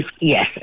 Yes